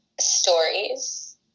stories